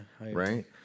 right